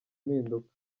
mpinduka